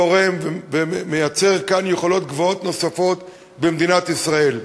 תורם ומייצר כאן יכולות גבוהות נוספות במדינת ישראל.